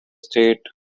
state